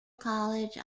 college